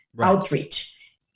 outreach